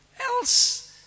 Else